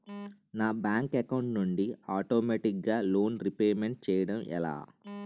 నా bank account నుండి ఆటోమేటిగ్గా లోన్ రీపేమెంట్ చేయడం ఎలా?